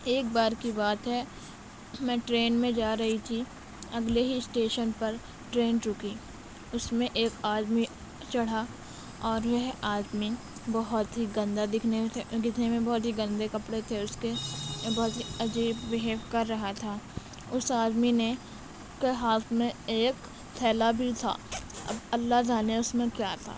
ایک بار کی بات ہے میں ٹرین میں جا رہی تھی اگلے ہی اسٹیشن پر ٹرین رکی اس میں ایک آدمی چڑھا اور یہ آدمی بہت ہی گندا دکھنے دکھنے میں بہت ہی گندے کپڑے تھے اس کے بہت ہی عجیب بہیو کر رہا تھا اس آدمی نے کے ہاتھ میں ایک تھیلا بھی تھا اب اللہ جانے اس میں کیا تھا